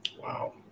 Wow